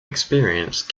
experience